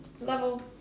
level